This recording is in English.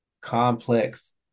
complex